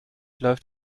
läuft